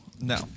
No